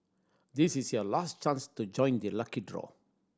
this is your last chance to join the lucky draw